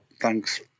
thanks